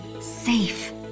safe